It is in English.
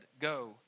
go